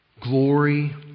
glory